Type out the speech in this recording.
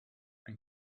ein